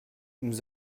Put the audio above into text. nous